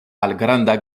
malgranda